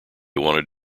wanted